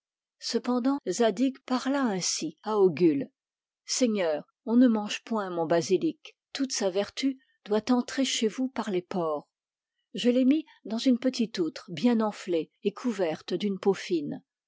cependant zadig parla ainsi à ogul seigneur on ne mange point mon basilic toute sa vertu doit entrer chez vous par les pores je l'ai mis dans une petite outre bien enflée et couverte d'une peau fine